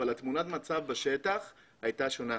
אבל תמונת המצב בשטח הייתה שונה.